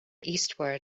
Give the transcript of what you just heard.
eastward